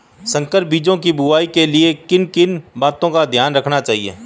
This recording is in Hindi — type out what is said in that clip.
संकर बीजों की बुआई के लिए किन किन बातों का ध्यान रखना चाहिए?